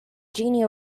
genie